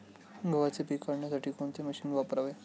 गव्हाचे पीक काढण्यासाठी कोणते मशीन वापरावे?